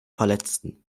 verletzten